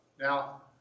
Now